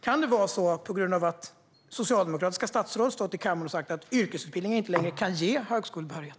Kan det vara på grund av att socialdemokratiska statsråd har stått i kammaren och sagt att yrkesutbildning inte längre kan ge högskolebehörighet?